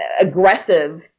aggressive